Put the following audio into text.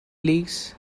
leagues